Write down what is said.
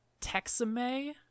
Texame